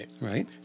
Right